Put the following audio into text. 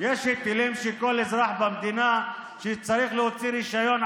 שמשלם כל אזרח בבואו להוציא היתר בנייה.